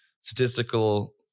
statistical